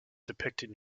depicted